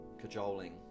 cajoling